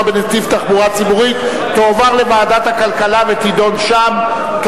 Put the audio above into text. בנתיב תחבורה ציבורית תועבר לוועדת הכלכלה ותידון שם,